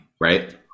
right